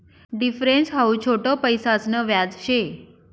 difference हाऊ छोट पैसासन व्याज शे